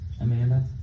Amanda